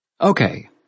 Okay